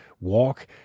walk